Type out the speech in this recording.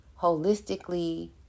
holistically